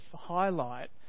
highlight